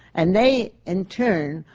and they, in turn,